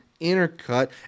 Intercut